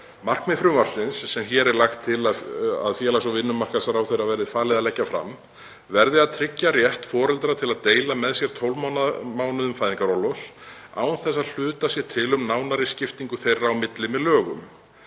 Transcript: Markmið frumvarpsins, sem hér er lagt til að félags- og vinnumarkaðsráðherra verði falið að leggja fram, verður að tryggja rétt foreldra til að deila með sér tólf mánuðum fæðingarorlofs, án þess að hlutast sé til um nánari skiptingu þeirra á milli með lögum.